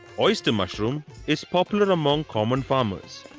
oyster mushroom is popular among common farmers.